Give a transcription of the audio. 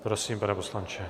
Prosím, pane poslanče.